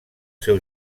seu